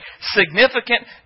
significant